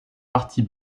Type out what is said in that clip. partie